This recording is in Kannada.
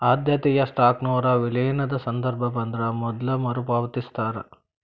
ಆದ್ಯತೆಯ ಸ್ಟಾಕ್ನೊರ ವಿಲೇನದ ಸಂದರ್ಭ ಬಂದ್ರ ಮೊದ್ಲ ಮರುಪಾವತಿಸ್ತಾರ